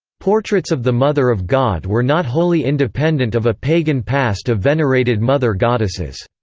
portraits of the mother of god were not wholly independent of a pagan past of venerated mother-goddesses.